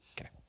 Okay